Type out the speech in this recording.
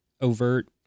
overt